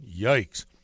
yikes